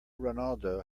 ronaldo